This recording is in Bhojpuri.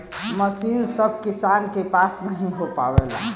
मसीन सभ किसान के पास नही हो पावेला